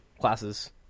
classes